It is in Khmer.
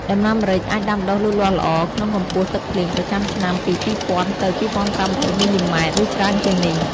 ដំណាំម្រេចអាចដាំដុះលូតលាស់ល្អ ក្នុងកម្ពស់ទឹកភ្លៀងប្រចាំឆ្នាំពី ២០០០ ទៅ ២៥០០ មីលីម៉ែត្រ ឬច្រើនជាងនេះ។